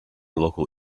local